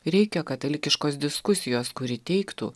reikia katalikiškos diskusijos kuri teigtų